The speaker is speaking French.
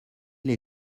les